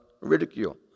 ridicule